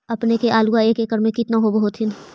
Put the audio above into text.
अपने के आलुआ एक एकड़ मे कितना होब होत्थिन?